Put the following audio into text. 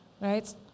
right